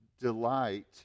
delight